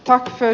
talman